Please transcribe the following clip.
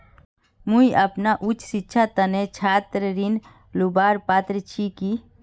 मुई अपना उच्च शिक्षार तने छात्र ऋण लुबार पत्र छि कि?